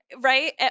Right